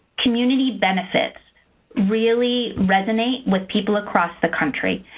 community benefits really resonate with people across the country.